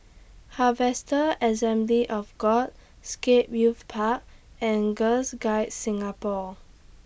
Harvester Assembly of God Scape Youth Park and Girls Guides Singapore